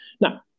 now